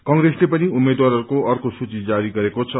कंग्रेसले पनि उम्मेद्वारहरूको अर्को सूची जारी गरेको छ